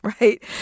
right